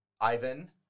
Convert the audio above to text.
Ivan